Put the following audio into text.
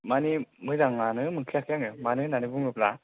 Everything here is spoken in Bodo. माने मोजाङानो मोनखायाखै आङो मानो होन्नानै बुङोब्ला